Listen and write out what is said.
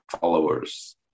followers